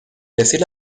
decir